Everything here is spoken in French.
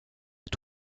est